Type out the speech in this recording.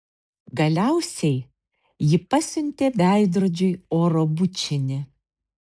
galiausiai ji pasiuntė veidrodžiui oro bučinį